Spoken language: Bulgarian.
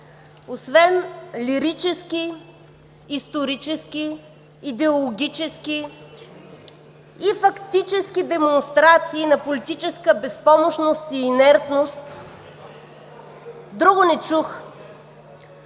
освен лирически, исторически, идеологически и фактически демонстрации на политическа безпомощност и инертност, друго не чух.